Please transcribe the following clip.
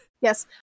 Yes